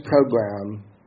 program